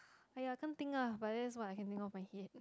!aiya! can't think lah but that's what I can think out of my head